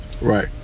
Right